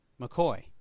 McCoy